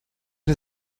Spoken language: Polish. nie